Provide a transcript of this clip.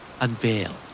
Unveil